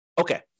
Okay